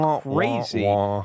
crazy